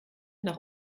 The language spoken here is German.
nach